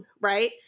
right